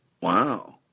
Wow